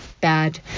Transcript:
bad